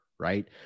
right